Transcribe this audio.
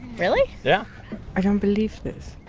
really? yeah i don't believe this.